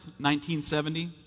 1970